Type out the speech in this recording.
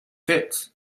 fits